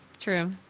true